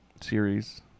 series